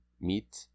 meat